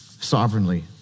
sovereignly